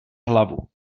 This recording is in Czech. hlavu